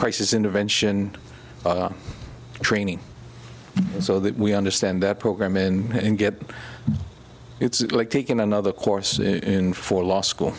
crisis intervention training so that we understand their program in and get it's like taking another course in for law school